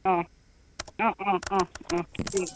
অঁ অঁ অঁ অঁ অঁ ঠিক